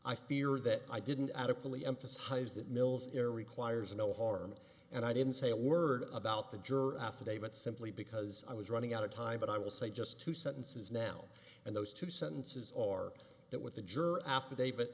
i fear that i didn't adequately emphasize that mil's air requires no harm and i didn't say a word about the juror affidavit simply because i was running out of time but i will say just two sentences now and those two sentences are that what the juror affidavit